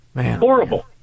horrible